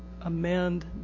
amend